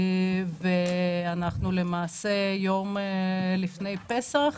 ואנחנו למעשה יום לפני פסח.